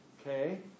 Okay